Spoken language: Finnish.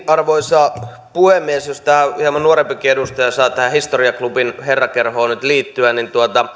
arvoisa puhemies jos tämä hieman nuorempikin edustaja saa tähän historiaklubin herrakerhoon nyt liittyä asia